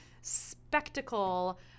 spectacle